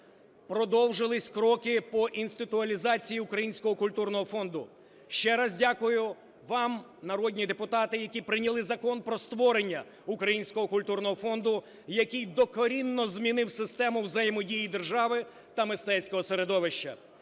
Продовжились кроки по інституалізації Українського культурного фонду. Ще раз дякую вам, народні депутати, які прийняли Закон про створення Українського культурного фонду, який докорінно змінив систему взаємодії держави та мистецького середовища.